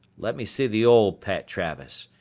let me see the old pat travis.